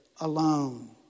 alone